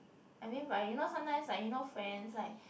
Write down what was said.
I mean but you know sometimes like you know friends like